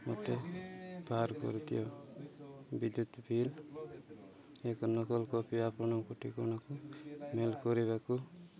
ମୋତେ ବାହାର କରିଦିଅ ବିଦ୍ୟୁତ୍ ବିଲ୍ ଏକ ନକଲ କପି ଆପଣଙ୍କ ଠିକଣାକୁ ମେଲ୍ କରିବାକୁ